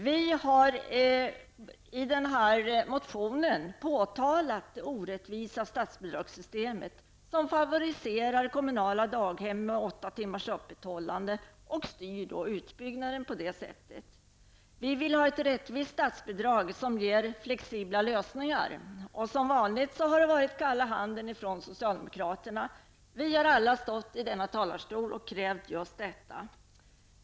Vi har i den här motionen påtalat det orättvisa statsbidragssystemet som favoriserar kommunala daghem med åtta timmars öppethållande och som styr utbyggnaden på det sättet. Vi vill ha ett rättvist statsbidrag som ger flexibla lösningar. Där har det som vanligt varit kalla handen från socialdemokraterna. Vi har alla stått i den här talarstolen och krävt just detta.